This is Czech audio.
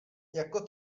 jako